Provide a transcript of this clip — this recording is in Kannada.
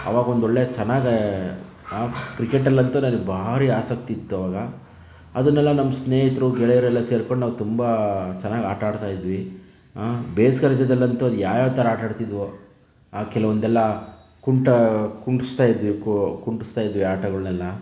ಆವಾಗ ಒಂದು ಒಳ್ಳೆಯ ಚೆನ್ನಾಗೇ ಕ್ರಿಕೆಟಲ್ಲಂತೂ ನನಗೆ ಭಾರಿ ಆಸಕ್ತಿ ಇತ್ತು ಆವಾಗ ಅದನ್ನೆಲ್ಲ ನಮ್ಮ ಸ್ನೇಹಿತರು ಗೆಳೆಯರೆಲ್ಲ ಸೇರಿಕೊಂಡು ನಾವು ತುಂಬ ಚೆನ್ನಾಗಿ ಆಟಾಡ್ತಾ ಇದ್ವಿ ಬೇಸಿಗೆ ರಜದಲ್ಲಂತೂ ಅದು ಯಾವ ಯಾವ ಥರ ಆಟ ಆಡ್ತಿದ್ವೊ ಆ ಕೆಲವೊಂದೆಲ್ಲ ಕುಂಟ ಕುಮ್ಸ್ತಾ ಇದ್ವಿ ಕೋ ಕುಂಟಿಸ್ತಾ ಇದ್ವಿ ಆಟಗಳನ್ನೆಲ್ಲ